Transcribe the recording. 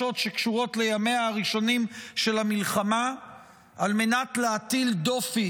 שקשורות לימיה הראשונים של המלחמה על מנת להטיל דופי